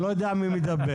אני לא יודע מי מדבר,